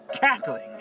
cackling